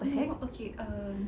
you know okay um